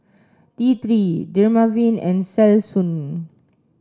T three Dermaveen and Selsun